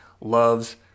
loves